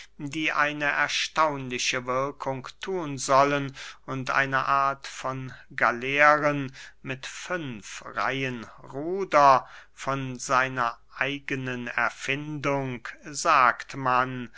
die eine erstaunliche wirkung thun sollen und eine art von galeeren mit fünf reihen ruder von seiner eigenen erfindung sagt man